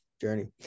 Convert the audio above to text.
journey